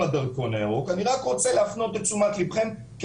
הדרכון הירוק אני רק רוצה להפנות תשומת לבכם כי